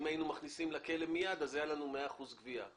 אם היינו מכניסים לכלא מייד אז היה לנו 100% גבייה.